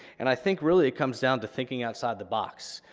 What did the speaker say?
and i think really it comes down to thinking outside the box,